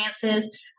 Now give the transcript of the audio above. finances